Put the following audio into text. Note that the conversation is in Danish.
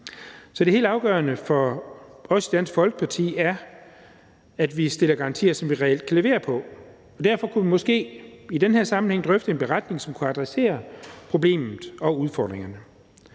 det helt afgørende for os i Dansk Folkeparti er, at man stiller garantier, som man reelt kan levere på. Og derfor kunne vi måske i den her sammenhæng drøfte en beretning, som kunne adressere problemet og udfordringerne.